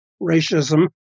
racism